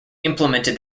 implemented